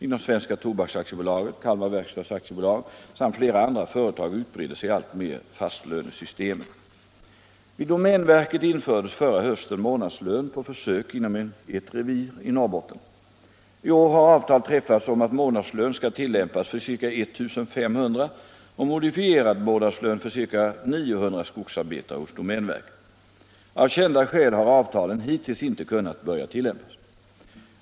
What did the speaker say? Inom Svenska Tobaks AB, Kalmar Verkstads AB samt flera andra företag utbreder sig alltmer fastlönesystem. Vid domänverket infördes förra hösten månadslön på försök inom ett revir i Norrbotten. I år har avtal träffats om att månadslön skall tillämpas för ca I 500 och modifierad månadslön för ca 900 skogsarbetare hos domänverket. Av kända skäl har avtalen hittills inte kunnat börja tillämpas.